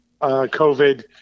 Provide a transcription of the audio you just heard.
COVID